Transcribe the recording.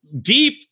deep